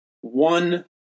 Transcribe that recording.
one